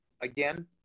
again